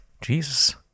Jesus